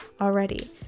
already